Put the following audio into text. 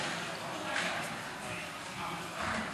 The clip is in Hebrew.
נחמן.